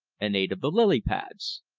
and ate of the lily-pads.